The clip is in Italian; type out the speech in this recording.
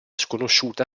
sconosciuta